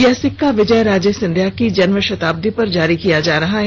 यह सिक्का विजयराजे सिंधिया की जन्मशताब्दी पर जारी किया जा रहा है